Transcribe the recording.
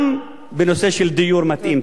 גם בנושא של דיור מתאים.